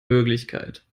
möglichkeit